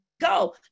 go